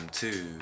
two